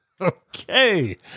Okay